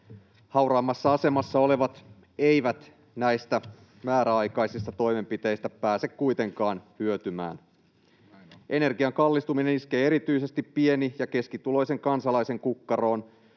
Hauraimmassa asemassa olevat eivät näistä määräaikaisista toimenpiteistä pääse kuitenkaan hyötymään. Energian kallistuminen iskee erityisesti pieni- ja keskituloisen kansalaisen kukkaroon,